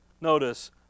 notice